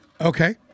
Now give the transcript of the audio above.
Okay